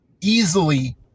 easily